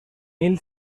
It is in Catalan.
mil